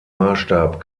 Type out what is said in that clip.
maßstab